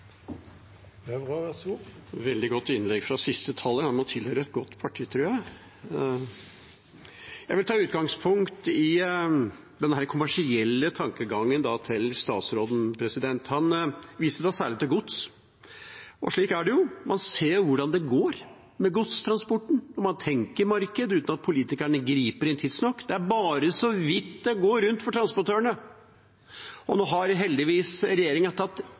veldig godt innlegg fra siste taler. Han må tilhøre et godt parti, tror jeg! Jeg vil ta utgangspunkt i den kommersielle tankegangen til statsråden. Han viste særlig til gods. Og slik er det jo: Man ser hvordan det går med godstransporten. Man tenker marked uten at politikerne griper inn tidsnok. Det er bare så vidt det går rundt for transportørene. Nå har heldigvis regjeringa satt et lite plaster på såret for næringa med sine 64 mill. kr i RNB. Det